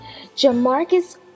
Jamarcus